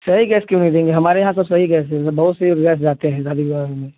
सही गैस क्यों नहीं देंगे हमारे यहाँ तो सही गैस देंगे बहुत से गैस जाते हैं गली घरों में